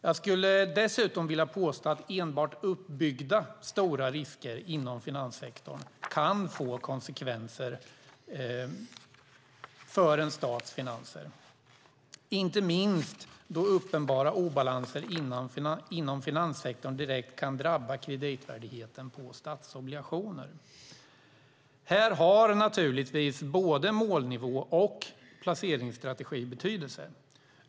Jag skulle dessutom vilja påstå att enbart uppbyggda stora risker inom finanssektorn kan få konsekvenser för en stats finanser, inte minst då uppenbara obalanser inom finanssektorn direkt kan drabba kreditvärdigheten på statsobligationer. Här har naturligtvis både målnivå och placeringsstrategi betydelse.